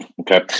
okay